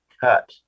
cut